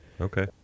Okay